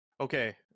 Okay